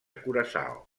curaçao